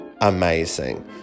amazing